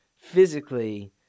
physically-